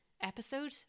episode